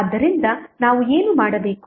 ಆದ್ದರಿಂದ ನಾವು ಏನು ಮಾಡಬೇಕು